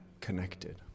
connected